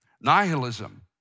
nihilism